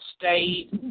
state